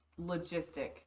logistic